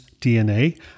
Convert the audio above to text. DNA